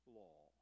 law